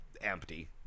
empty